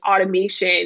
automation